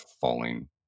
falling